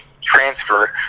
transfer